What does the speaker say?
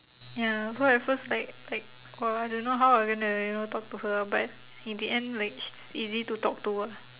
ya so at first like like !wow! I don't know how I'm gonna you know talk to her but in the end like she's easy to talk to ah